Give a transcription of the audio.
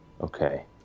Okay